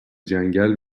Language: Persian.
جنگل